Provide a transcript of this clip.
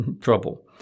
trouble